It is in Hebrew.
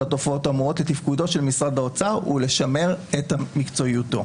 התופעות האמורות לתפקודו של משרד האוצר ולשמר את מקצועיותו.